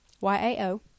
Y-A-O